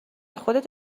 خودت